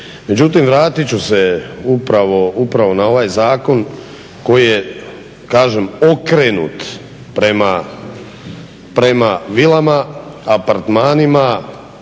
Međutim, vratit ću se upravo na ovaj zakon koji je kažem okrenut prema vilama, apartmanima,